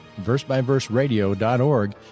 versebyverseradio.org